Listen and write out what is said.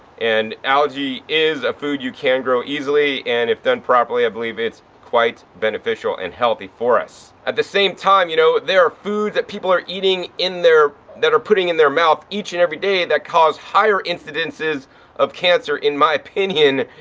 and algae is a food you can grow easily and if done properly i believe it's quite beneficial and healthy for us. at the same time, you know, there are foods are people are eating in their, that are putting in their mouth each and every day that cause higher incidences of cancer in my opinion,